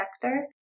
sector